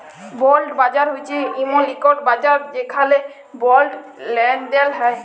বল্ড বাজার হছে এমল ইকট বাজার যেখালে বল্ড লেলদেল হ্যয়